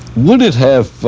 would it have